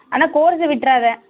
ஆனால் கோர்ஸ் விட்டுறாத